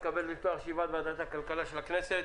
אני מתכבד לפתוח את ישיבת ועדת הכלכלה של הכנסת.